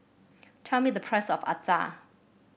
tell me the price of acar